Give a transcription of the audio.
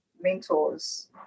mentors